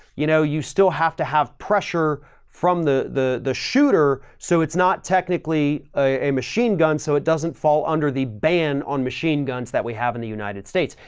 you know, you still have to have pressure from the the the shooter, so it's not technically a machine gun, so it doesn't fall under the ban on machine guns that we have in the united states.